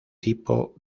tipo